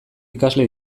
ikasle